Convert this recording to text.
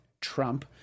Trump